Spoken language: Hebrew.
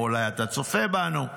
או שאולי אתה צופה בנו,